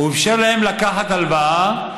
הוא אפשר להם לקחת הלוואה.